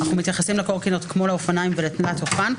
אנחנו מתייחסים לקורקינט כמו לאופניים ולתלת אופן,